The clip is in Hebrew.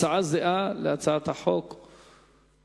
הצעה זהה ומוצמדת להצעת החוק הקודמת.